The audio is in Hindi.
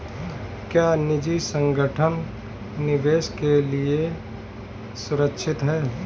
क्या निजी संगठन निवेश के लिए सुरक्षित हैं?